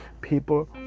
people